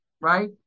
right